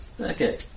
Okay